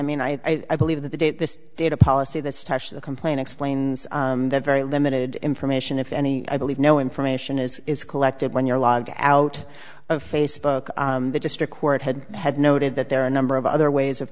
mean i i believe that the date this data policy this touch the complaint explains the very limited information if any i believe no information is collected when you're logged out of facebook the district court had had noted that there are a number of other ways of